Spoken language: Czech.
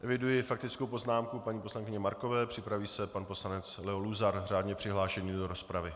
Eviduji faktickou poznámku paní poslankyně Markové, připraví se pan poslanec Leo Luzar, řádně přihlášený do rozpravy.